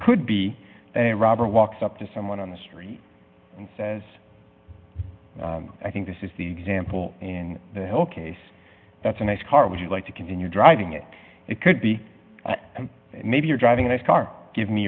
could be a robber walks up to someone on the street and says i think this is the example in the whole case that's a nice car would you like to continue driving it it could be maybe you're driving a nice car give me